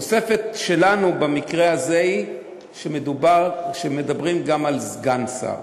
התוספת שלנו במקרה הזה היא שמדברים גם על סגן שר.